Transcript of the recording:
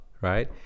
Right